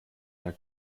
der